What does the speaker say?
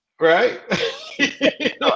Right